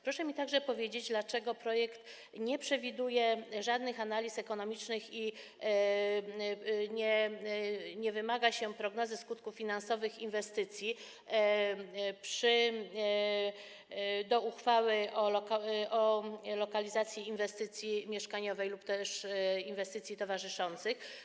Proszę mi także powiedzieć, dlaczego projekt nie przewiduje żadnych analiz ekonomicznych ani nie wymaga się prognozy skutków finansowych inwestycji do uchwały o lokalizacji inwestycji mieszkaniowej lub też inwestycji towarzyszących.